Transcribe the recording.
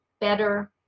better